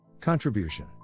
Contribution